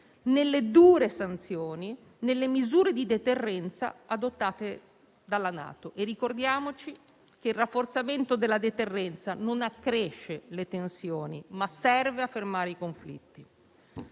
nelle dure sanzioni e nelle misure di deterrenza adottate dalla NATO e ricordiamoci che il rafforzamento della deterrenza non accresce le tensioni, ma serve a fermare i conflitti.